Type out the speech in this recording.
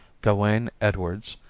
gawain edwards,